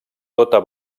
tota